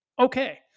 okay